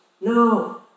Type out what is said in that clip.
no